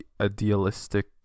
idealistic